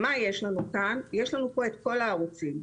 יש לנו פה כל הערוצים.